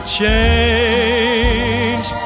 change